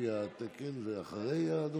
לפי התקן זה אחרי הדוברים?